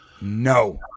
no